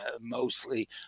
mostly